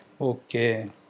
Okay